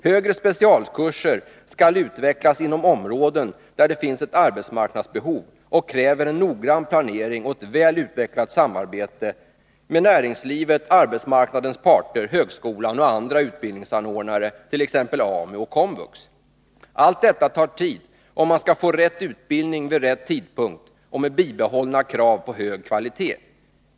Högre specialkurser skall utvecklas inom områden där det finns ett arbetsmarknadsbehov och kräver en noggrann planering och ett väl utvecklat samarbete med näringslivet, arbetsmarknadens parter, högskolan och andra utbildningsanordnare, t.ex. AMU och Komvux. Allt detta tar tid, om man skall få rätt utbildning vid rätt tidpunkt och med bibehållna krav på hög kvalitet.